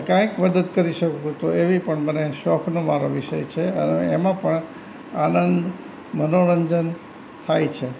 કાંઈક મદદ કરી શકું તો એવી પણ મને શોખનો મારો વિષય છે અને એમાં પણ આનંદ મનોરંજન થાય છે